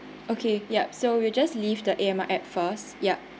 okay yup so we'll just leave the A_M_R app first yup